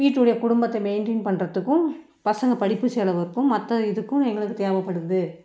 வீட்டினுடைய குடும்பத்த மெயின்டெயின் பண்ணுறத்துக்கும் பசங்கள் படிப்பு செலவுக்கும் மற்ற இதுக்கும் எங்களுக்கு தேவைப்படுது